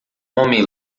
homem